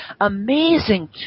amazing